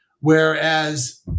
whereas